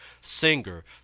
singer